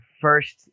first